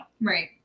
Right